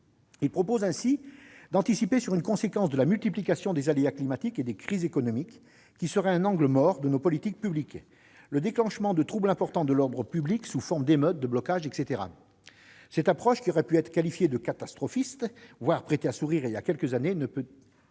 Ils proposent d'anticiper une conséquence de la multiplication des aléas climatiques et des crises économiques, qui serait un « angle mort » de nos politiques publiques : le déclenchement de troubles importants de l'ordre public sous forme d'émeutes, de blocages, etc. Cette approche, qui aurait pu être qualifiée de catastrophiste, voire prêter à sourire, il y a quelques années, ne peut